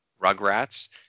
Rugrats